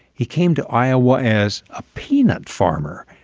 he came to iowa as a peanut farmer.